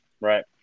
Right